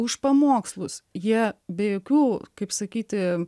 už pamokslus jie be jokių kaip sakyti